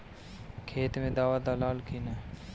खेत मे दावा दालाल कि न?